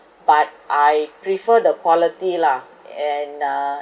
but I prefer the quality lah and uh